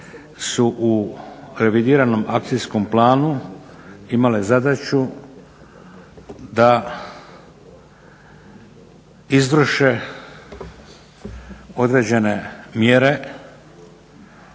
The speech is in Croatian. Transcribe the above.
su u revidiranom akcijskom planu imale zadaću da izvrše određene mjere